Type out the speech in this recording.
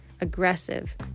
aggressive